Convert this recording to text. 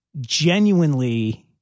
genuinely